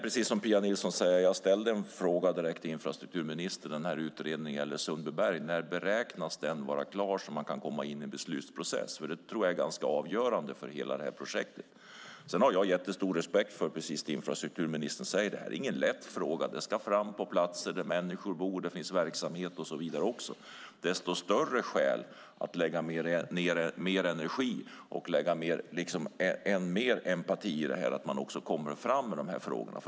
Precis som Pia Nilsson sade ställde jag en direkt fråga till infrastrukturministern. När beräknas utredningen om Sundbyberg vara klar så att det går att komma in i en beslutsprocess? Det är avgörande för hela projektet. Jag har stor respekt för att infrastrukturministern säger att det här inte är en lätt fråga. Spåren ska fram på platser där människor bor och där det finns verksamheter. Desto större skäl att lägga ned mer energi och än mer empati i frågan.